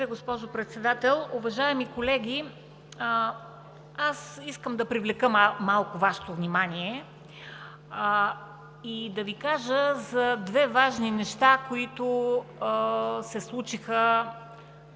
Благодаря, госпожо Председател. Уважаеми колеги, искам да привлека малко Вашето внимание и да Ви кажа две важни неща, които се случиха